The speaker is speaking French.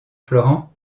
florent